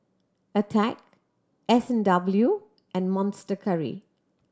Attack S and W and Monster Curry